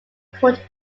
court